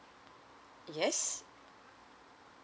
yes